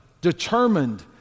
determined